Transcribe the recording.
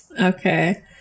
Okay